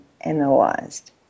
analyzed